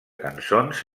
cançons